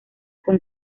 con